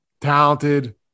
talented